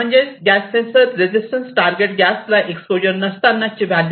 म्हणजे gas sensor resistance target गॅसला exposure नसताना ची व्हॅल्यू